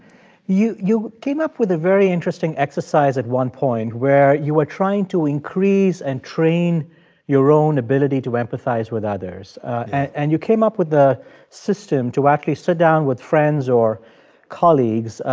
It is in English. you you came up with a very interesting exercise at one point where you were trying to increase and train your own ability to empathize with others. and you came up with a system to actually sit down with friends or colleagues.